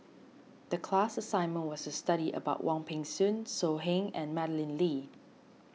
the class assignment was to study about Wong Peng Soon So Heng and Madeleine Lee